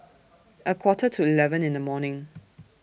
A Quarter to eleven in The morning